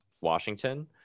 Washington